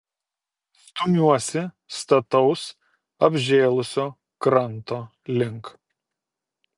stumiuosi stataus apžėlusio kranto link